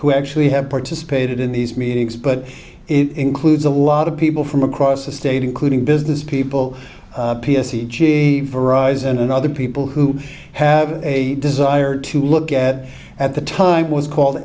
who actually have participated in these meetings but it includes a lot of people from across the state including business people p s e g for eyes and other people who have a desire to look at at the time was called